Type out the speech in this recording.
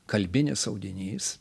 kalbinis audinys